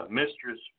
mistress